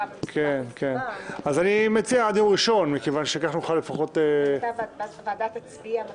אני מציע עד יום ראשון מכיוון שכך נוכל לפחות --- מתי הוועדה תצביע?